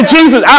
Jesus